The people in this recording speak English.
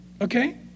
Okay